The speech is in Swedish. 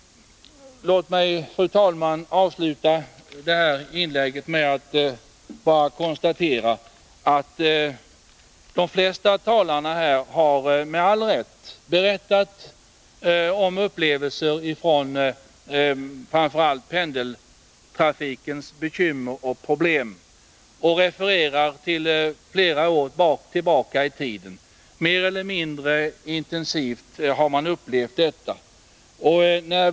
Låt mig, fru talman, avsluta det här inlägget med att konstatera att de flesta talarna här, med all rätt, har berättat om upplevelser i samband med framför allt pendeltrafikens bekymmer och problem. Man har refererat till händelser flera år tillbaka i tiden. Mer eller mindre intensivt har man upplevt problemen.